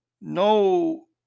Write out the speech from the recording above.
No